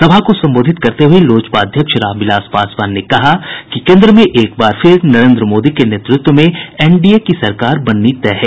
सभा को संबोधित करते हुये लोजपा अध्यक्ष रामविलास पासवान ने कहा कि केन्द्र में एक बार फिर नरेन्द्र मोदी के नेतृत्व में एनडीए की सरकार बननी तय है